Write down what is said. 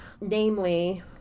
namely